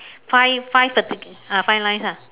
five five the ah five line ah